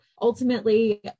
ultimately